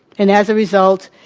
and as a result,